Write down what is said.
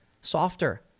softer